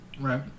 Right